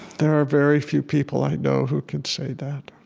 there are very few people i know who can say that.